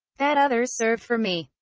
that others served for me.